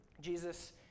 Jesus